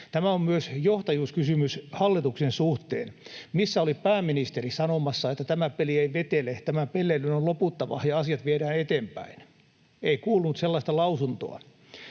Tämä on myös johtajuuskysymys hallituksen suhteen. Missä oli pääministeri sanomassa, että tämä peli ei vetele, tämän pelleilyn on loputtava ja asiat viedään eteenpäin? Ei kuulunut sellaista lausuntoa.